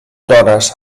dones